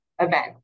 event